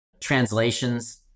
Translations